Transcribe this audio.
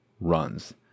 runs